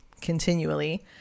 continually